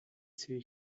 ziehe